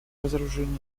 разоружению